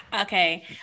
okay